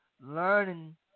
learning